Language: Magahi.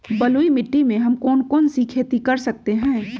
बलुई मिट्टी में हम कौन कौन सी खेती कर सकते हैँ?